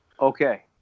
Okay